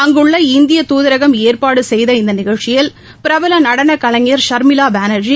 அங்குள்ள இந்திய தூதரகம் ஏற்பாடு செய்த இந்த நிகழ்ச்சியில் பிரபல நடனக் கலைஞர் ஷர்மிளா பானர்ஜி